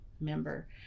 member